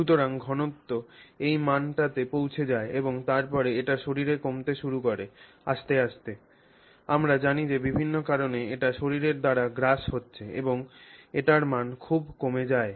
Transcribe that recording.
সুতরাং ঘনত্ব এই মানটিতে পৌঁছে যায় এবং তারপরে এটি শরীরে কমতে শুরু করে আস্তে আস্তে আমরা জানি যে বিভিন্ন কারণে এটি শরীরের দ্বারা গ্রাস হচ্ছে এবং এটির মান খুব কমে যায়